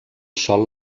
sol